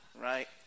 right